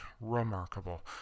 remarkable